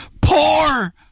Poor